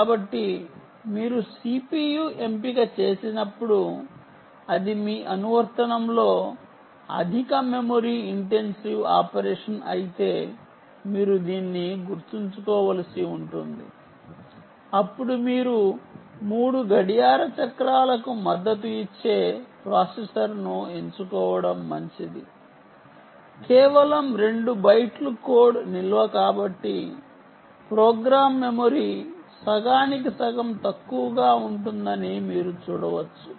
కాబట్టి మీరు CPU ఎంపిక చేసినప్పుడు ఇది మీ అనువర్తనంలో అధిక మెమరీ ఇంటెన్సివ్ ఆపరేషన్ అయితే మీరు దీన్ని గుర్తుంచుకోవలసి ఉంటుంది అప్పుడు మీరు మూడు గడియార చక్రాలకు మద్దతు ఇచ్చే ప్రాసెసర్ను ఎంచుకోవడం మంచిది కేవలం రెండు బైట్లు కోడ్ నిల్వ కాబట్టి ప్రోగ్రామ్ మెమరీ సగానికి సగం తక్కువగా ఉంటుందని మీరు చూడవచ్చు